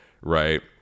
right